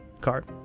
card